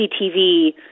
CCTV